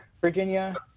Virginia